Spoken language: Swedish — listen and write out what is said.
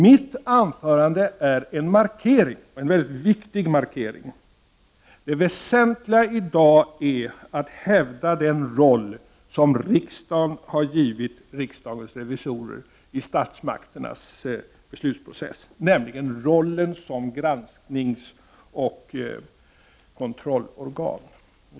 Mitt anförande är en markering — och en mycket viktig markering. Det väsentliga i dag är att hävda den roll som riksdagen har givit riksdagens revisorer i statsmakternas beslutsprocess, nämligen rollen som granskningsoch kontrollorgan.